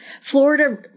florida